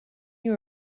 you